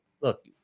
look